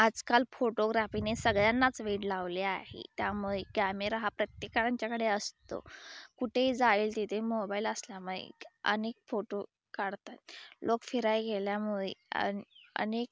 आजकाल फोटोग्राफीने सगळ्यांनाच वेड लावले आहे त्यामुळे कॅमेरा हा प्रत्येकांच्याकडे असतो कुठेही जाईल तिथे मोबाईल असल्यामुळे अनेक फोटो काढतात लोक फिरायं गेल्यामुळे अन अनेक